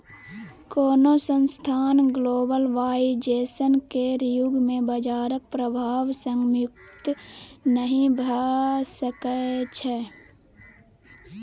कोनो संस्थान ग्लोबलाइजेशन केर युग मे बजारक प्रभाव सँ मुक्त नहि भऽ सकै छै